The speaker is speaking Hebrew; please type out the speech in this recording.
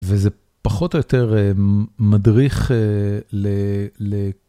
וזה פחות או יותר מדריך ל...